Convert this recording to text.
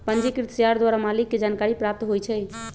पंजीकृत शेयर द्वारा मालिक के जानकारी प्राप्त होइ छइ